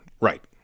Right